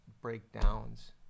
breakdowns